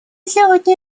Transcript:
сегодня